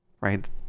right